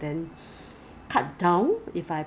what what what what what 保养品 are you using